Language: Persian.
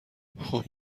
خوب